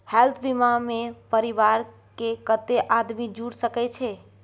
Health बीमा मे परिवार के कत्ते आदमी जुर सके छै?